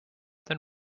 than